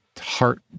heart